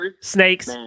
snakes